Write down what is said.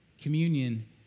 communion